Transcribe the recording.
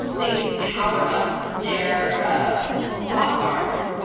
they power up their ah bot farms.